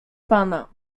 pana